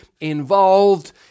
involved